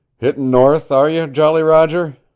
hittin' north are you, jolly roger?